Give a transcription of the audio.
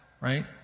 right